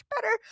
better